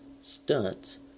stunts